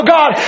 God